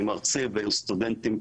אני מרצה בין סטודנטים,